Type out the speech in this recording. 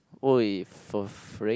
(oi) for freak